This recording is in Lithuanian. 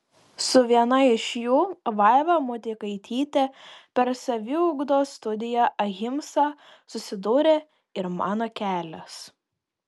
su viena iš jų vaiva motiekaityte per saviugdos studiją ahimsa susidūrė ir mano kelias